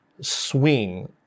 swing